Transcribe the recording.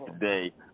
today